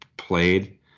played